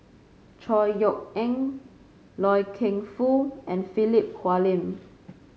Chor Yeok Eng Loy Keng Foo and Philip Hoalim